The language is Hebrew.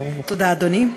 תודה, אדוני.